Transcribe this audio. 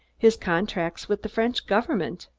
his contracts with the french government,